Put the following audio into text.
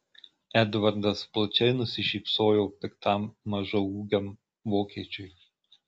edvardas plačiai nusišypsojo piktam mažaūgiam vokiečiui